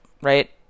right